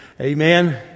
Amen